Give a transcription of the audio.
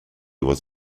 was